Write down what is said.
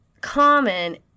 common